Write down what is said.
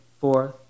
fourth